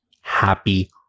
happy